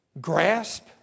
grasp